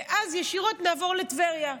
ואז ישירות נעבור לטבריה.